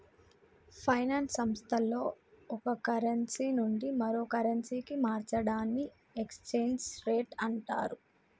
finance సంస్థల్లో ఒక currency నుండి మరో కరెన్సీకి మార్చడాన్ని ఎక్స్చేంజ్ రేట్ అంటరు